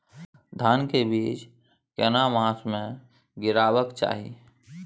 धान के बीज केना मास में गीरावक चाही?